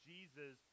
Jesus